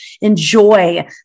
enjoy